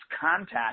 contact